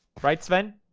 right sven.